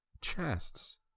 chests